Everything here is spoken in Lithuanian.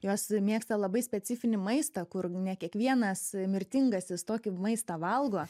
jos mėgsta labai specifinį maistą kur ne kiekvienas mirtingasis tokį maistą valgo